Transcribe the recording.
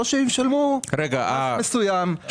או שהם ישלמו מס מסוים,